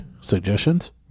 Suggestions